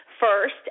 First